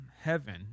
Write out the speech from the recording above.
heaven